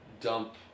dump